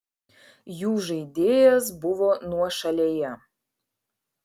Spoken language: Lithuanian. jų žaidėjas buvo nuošalėje